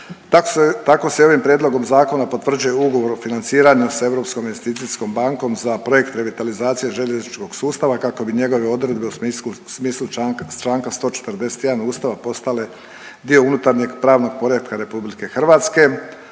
Tako se i ovim prijedlogom zakona potvrđuje Ugovor o financiranju sa Europskom investicijskom bankom za projekt revitalizacije željezničkog sustava kako bi njegove odredbe u smislu članka 141. Ustava postale dio unutarnjeg pravnog poretka Republike Hrvatske.